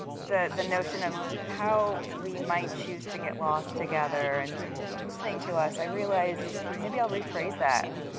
the the notion of how we might choose to get lost together, and listening to us, i realize maybe i'll rephrase that.